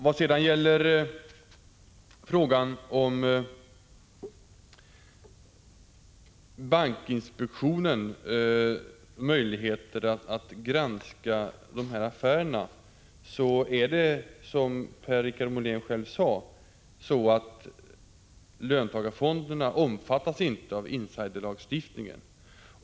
Vad sedan gäller frågan om bankinspektionens möjligheter att granska dessa affärer omfattas inte löntagarfonderna av insiderlagstiftningen, precis som Per-Richard Molén sade.